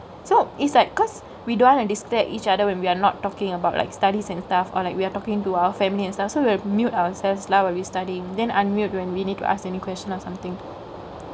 so it's like cause we don't want to disturb each other when we are not talkingk about like studies and stuff or like we are talkingk to our family and stuff so we will mute ourselves lah when we studyingk then unmute when we need to ask any questions or somethingk